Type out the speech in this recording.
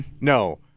No